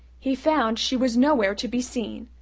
he found she was nowhere to be seen,